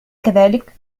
كذلك